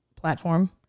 platform